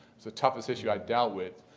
so toughest issue i've dealt with.